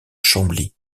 chambly